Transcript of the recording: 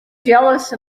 jealous